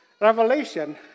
revelation